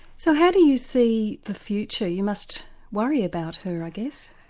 so how do you see the future, you must worry about her i guess?